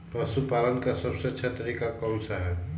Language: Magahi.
पशु पालन का सबसे अच्छा तरीका कौन सा हैँ?